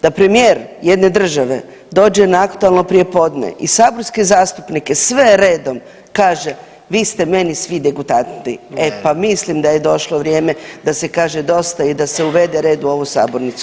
Da premijer jedne države dođe na aktualno prijepodne i saborske zastupnike sve redom kaže vi ste meni svi degutantni, e pa mislim da je došlo vrijeme da se kaže dosta i da se uvede red u ovu sabornicu.